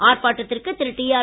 ஆர்ப்பாட்டத்திற்கு திரு டிஆர்